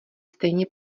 stejně